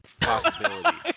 Possibility